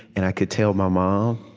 and i could tell my mom